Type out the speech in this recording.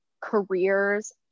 careers